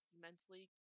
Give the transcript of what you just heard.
mentally